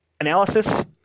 Analysis